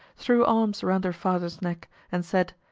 threw arms around her father's neck, and said,